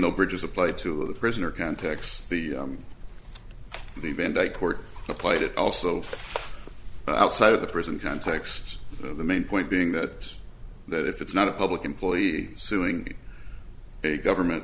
though bridges apply to a prisoner context the the vandyke court applied it also outside of the prison context of the main point being that that if it's not a public employee suing a government